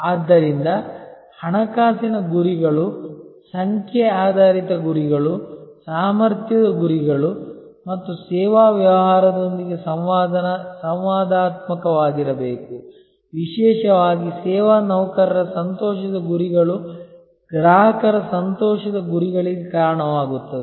ಆದ್ದರಿಂದ ಹಣಕಾಸಿನ ಗುರಿಗಳು ಸಂಖ್ಯೆ ಆಧಾರಿತ ಗುರಿಗಳು ಸಾಮರ್ಥ್ಯದ ಗುರಿಗಳು ಮತ್ತು ಸೇವಾ ವ್ಯವಹಾರದೊಂದಿಗೆ ಸಂವಾದಾತ್ಮಕವಾಗಿರಬೇಕು ವಿಶೇಷವಾಗಿ ಸೇವಾ ನೌಕರರ ಸಂತೋಷದ ಗುರಿಗಳು ಗ್ರಾಹಕರ ಸಂತೋಷದ ಗುರಿಗಳಿಗೆ ಕಾರಣವಾಗುತ್ತವೆ